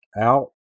out